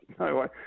No